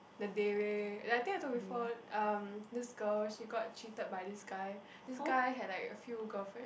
the Dayre like I think I told you before um this girl she got cheated by this guy this guy had like a few girlfriend